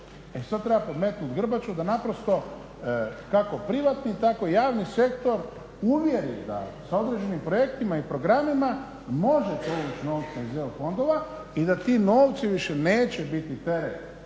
E sad treba podmetnuti grbaču da naprosto kako privatni, tako i javni sektor uvjeri da sa određenim projektima i programima možete izvući novce iz EU fondova i da ti novci više neće biti teret